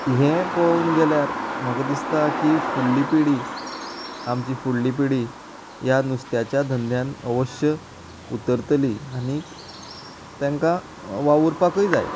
हें पळोवंक गेल्यार म्हाका दिसता की फुडली पिडी आमची फुडली पिडी या नुस्त्याच्या धंद्यान अवश्य उतरतली आनीक तांकां वा उरपाकय जाय